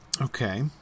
Okay